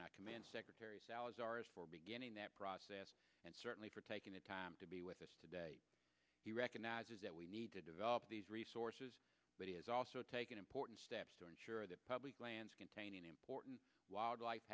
not command secretary salazar is for beginning that process and certainly for taking the time to be with us today he recognizes that we need to develop these resources but he has also taken important steps to ensure that public lands containing important wildlife